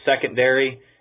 secondary